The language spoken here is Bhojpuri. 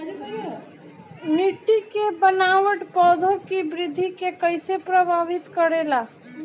मिट्टी के बनावट पौधों की वृद्धि के कईसे प्रभावित करेला?